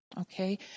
Okay